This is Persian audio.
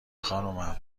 خانومم